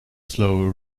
slow